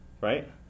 right